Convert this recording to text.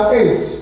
eight